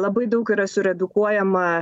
labai daug yra suredukuojama